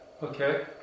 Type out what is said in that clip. Okay